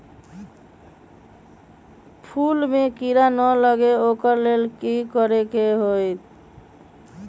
फूल में किरा ना लगे ओ लेल कि करे के होतई?